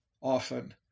often